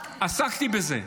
עסקתי בזה.